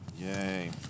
Yay